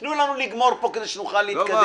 תנו לנו לגמור פה כדי שנוכל להתקדם.